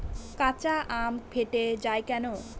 কাঁচা আম ফেটে য়ায় কেন?